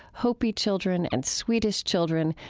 hopi children, and swedish children,